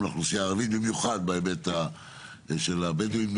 לאוכלוסייה הערבית במיוחד בהיבט של הבדואים.